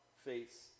face